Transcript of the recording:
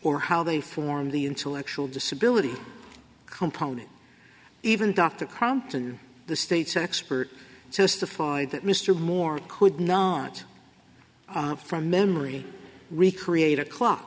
or how they form the intellectual disability component even dr crompton the state's expert testified that mr moore could not from memory recreate a clock